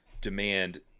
demand